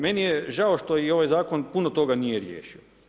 Meni je žao što i ovaj zakon nije puno toga riješio.